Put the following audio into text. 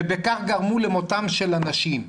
ובכך גרמו למותם של אנשים.